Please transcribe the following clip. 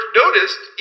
noticed